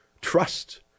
Trust